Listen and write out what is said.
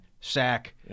Sack